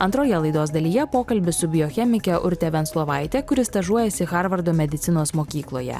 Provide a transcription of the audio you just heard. antroje laidos dalyje pokalbis su biochemike urte venclovaite kuri stažuojasi harvardo medicinos mokykloje